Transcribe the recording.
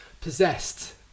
possessed